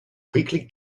quickly